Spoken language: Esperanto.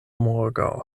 morgaŭ